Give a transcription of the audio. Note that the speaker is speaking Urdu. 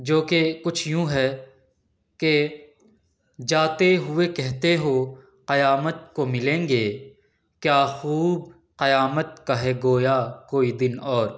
جو کہ کچھ یوں ہے کہ جاتے ہوئے کہتے ہو قیامت کو ملیں گے کیا خوب قیامت کا ہے گویا کوئی دن اور